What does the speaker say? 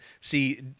see